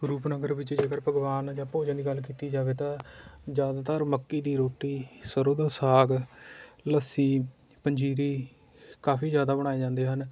ਰੂਪਨਗਰ ਵਿੱਚ ਜੇਕਰ ਪਕਵਾਨ ਜਾਂ ਭੋਜਨ ਦੀ ਗੱਲ ਕੀਤੀ ਜਾਵੇ ਤਾਂ ਜ਼ਿਆਦਾਤਰ ਮੱਕੀ ਦੀ ਰੋਟੀ ਸਰ੍ਹੋਂ ਦਾ ਸਾਗ ਲੱਸੀ ਪੰਜੀਰੀ ਕਾਫ਼ੀ ਜ਼ਿਆਦਾ ਬਣਾਏ ਜਾਂਦੇ ਹਨ